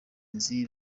nzi